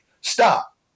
stop